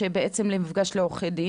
יש חדר ייעודי למפגשי עורכי דין.